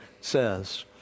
says